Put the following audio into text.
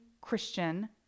Christian